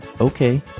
okay